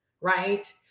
right